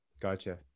Gotcha